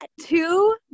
Two